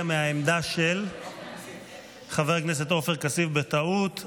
מהעמדה של חבר הכנסת עופר כסיף בטעות.